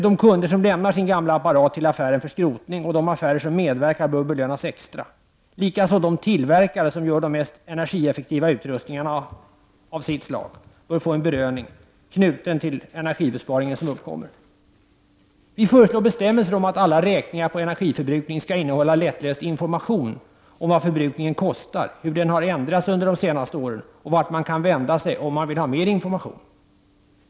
De kunder som lämnar sin gamla apparat till affären för skrotning samt de affärer som medverkar bör belönas extra. Även de tillverkare som gör de mest energieffektiva utrustningarna av sitt slag bör få en belöning, knuten till den energibesparing som uppkommer. Vi föreslår bestämmelser om att alla räkningar på energiförbrukning skall innehålla lättläst information om vad förbrukningen kostar, hur den har ändrats under de senaste åren och vart man kan vända sig om man vill ha mer information.